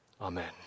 Amen